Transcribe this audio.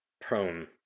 prone